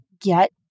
get